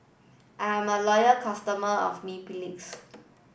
I'm a loyal customer of Mepilex